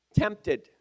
tempted